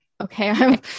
okay